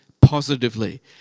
positively